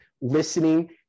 listening